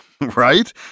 right